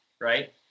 right